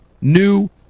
new